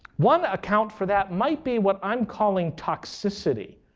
one account for that might be what i'm calling toxicity.